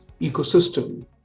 ecosystem